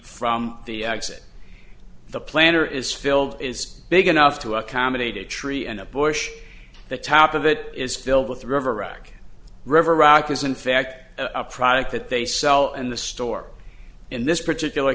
from the exit the planter is filled is big enough to accommodate a tree and a bush the top of it is filled with river rock river rock is in fact a product that they sell in the store in this particular